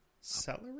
Celery